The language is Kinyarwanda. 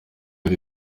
ari